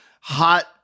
hot